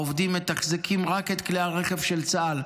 העובדים מתחזקים רק את כלי הרכב של צה"ל,